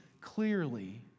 clearly